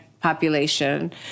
population